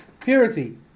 Purity